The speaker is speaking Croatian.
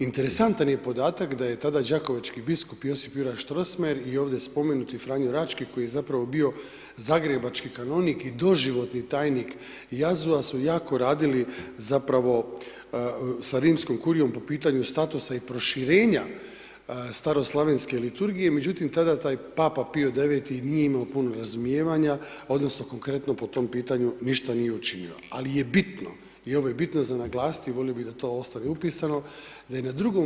Interesantan je podataka da je tada đakovački biskup J.J. Strossmayer i ovdje spomenuti Franjo Rački koji je zapravo bio zagrebački kanonik i doživotni tajnik JAZU-a su jako radili zapravo sa rimskom kurijom po pitanju statusa i proširenja staroslavenske liturgije međutim tada taj papa Pio IX. nije imao puno razumijevanja odnosno konkretno po tom pitanju ništa nije učinio ali je bitno i ovo je bitno za naglasiti, volio bi da to ostane upisano, da je na II.